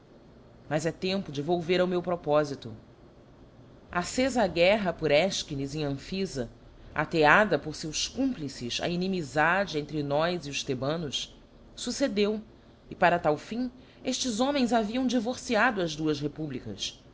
mas é tempo de volver ao meu propofito accefa a guerra por efchines em amphiíta ateada por feus complices a inimifade entre nós e os thebanos fuccedeu e para tal fim eftes homens haviam divorciado as duas republicas